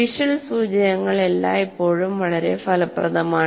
visual സൂചകങ്ങൾ എല്ലായ്പ്പോഴും വളരെ ഫലപ്രദമാണ്